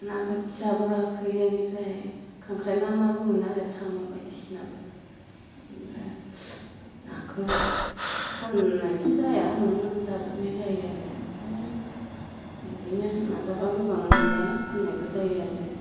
ना बोथियाबो गाखोयो बेनिफ्राय खांख्राइ मा मा बो मोनो आरो साम' बायदिसिना ओमफाय नाखौ फाननायथ' जाया न'आवनो जाजोबनाय जायो आरो ओमफाय बेदिनो माब्लाबा गोबां मोनब्ला फाननायबो जायो आरो